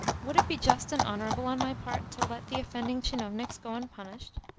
would it be just and honourable on my part to let the offending tchinovniks go unpunished?